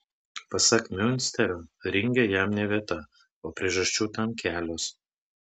pasak miunsterio ringe jam ne vieta o priežasčių tam kelios